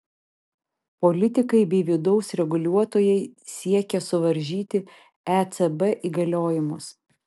politikai bei vidaus reguliuotojai siekia suvaržyti ecb įgaliojimus